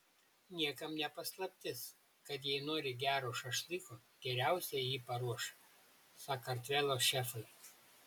niekam ne paslaptis kad jei nori gero šašlyko geriausiai jį paruoš sakartvelo šefai